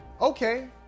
Okay